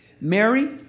Mary